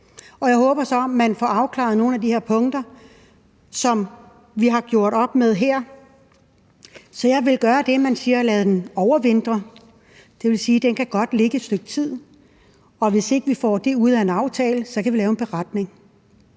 Jeg håber så, at man får afklaret nogle af de her punkter, som vi har gjort opmærksom på her. Så jeg vil gøre, som man siger, nemlig lade det overvintre. Det vil sige, at det godt kan ligge et stykke tid, og hvis ikke vi får det ud af en aftale, som vi ønsker, kan vi lave en beretning.